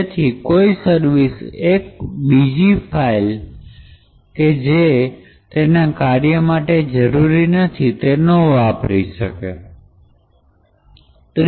તેથી કોઈ સર્વિસ એક બીજી ફાઇલ કે જે તેના કાર્ય માટે જરૂરી નથી તેને વાપરી શકે નહી